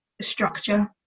structure